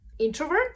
introvert